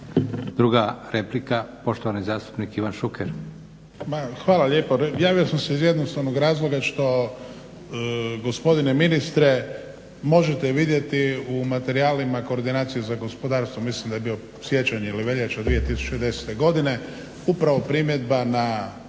Druga replika, poštovani zastupnik Ivan Šuker. **Šuker, Ivan (HDZ)** Hvala lijepo. Javio sam se iz jednostavnog razloga što gospodine ministre možete vidjeti u materijalima Koordinacije za gospodarstvo, mislim da je bio siječanj ili veljača 2010. godine upravo primjedba na